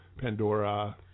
Pandora